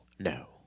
No